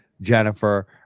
Jennifer